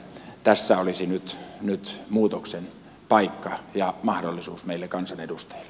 tässä olisi nyt muutoksen paikka ja mahdollisuus meille kansanedustajille